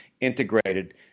integrated